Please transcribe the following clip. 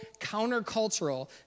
countercultural